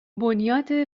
بنیاد